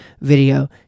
video